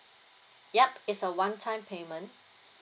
yup it's a one time payment